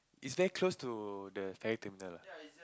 is that close to the ferry terminal ah